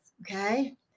okay